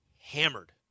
hammered